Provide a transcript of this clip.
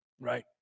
right